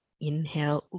Inhale